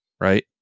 right